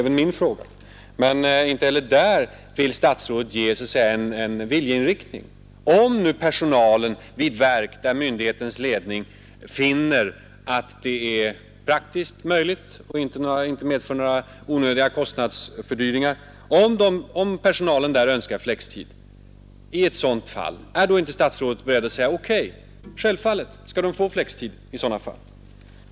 Men inte heller i det avseendet vill statsrådet ange en viljeinriktning. Om nu personalen vid ett verk, där ledningen finner det praktiskt möjligt och där det inte medför några onödiga kostnadsfördyringar, önskar flextid, är då inte statsrådet beredd att säga: Självfallet skall de få flextid i sådana fall?